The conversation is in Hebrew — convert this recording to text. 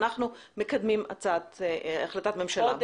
אנחנו מקדמים החלטת ממשלה.